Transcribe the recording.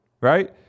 right